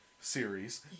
series